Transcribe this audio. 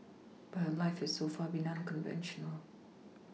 but her life has so far been unconventional